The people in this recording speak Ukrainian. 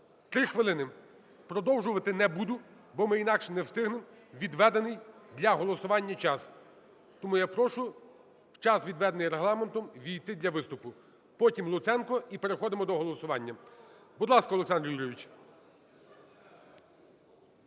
– 3 хвилини. Продовжувати не буду, бо ми інакше не встигнемо у відведений для голосування час. Тому я прошу в час, відведений Регламентом, ввійти для виступу. Потім Луценко і переходимо до голосування. Будь ласка, Олександр Юрійович.